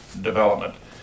development